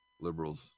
Liberals